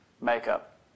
makeup